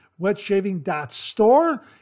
wetshaving.store